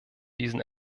diesen